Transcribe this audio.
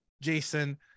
jason